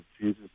Jesus